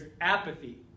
apathy